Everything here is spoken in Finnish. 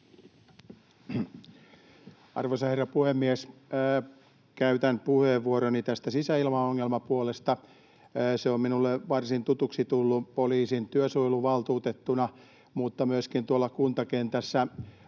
Arvoisa herra puhemies! Käytän puheenvuoroni tästä sisäilmaongelmapuolesta. Se on minulle varsin tutuksi tullut poliisin työsuojeluvaltuutettuna mutta myöskin tuolla kuntakentässä